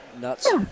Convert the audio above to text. nuts